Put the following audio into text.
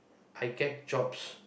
I get jobs